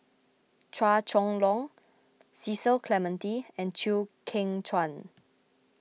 Chua Chong Long Cecil Clementi and Chew Kheng Chuan